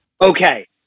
Okay